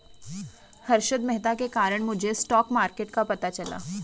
हर्षद मेहता के कारण मुझे स्टॉक मार्केट का पता चला